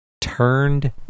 turned